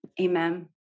Amen